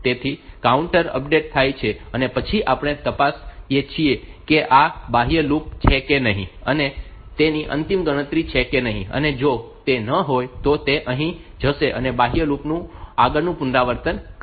તેથી counter update થાય છે અને પછી આપણે તપાસીએ છીએ કે શું આ બાહ્ય લૂપ છે કે નહીં અને તેની અંતિમ ગણતરી છે કે નહીં અને જો તે ન હોય તો તે અહીં જશે અને બાહ્ય લૂપ નું આગલું પુનરાવર્તન કરશે